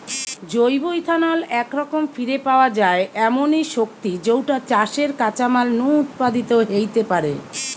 জৈব ইথানল একরকম ফিরে পাওয়া যায় এমনি শক্তি যৌটা চাষের কাঁচামাল নু উৎপাদিত হেইতে পারে